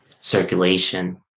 circulation